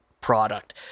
product